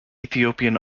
ethiopian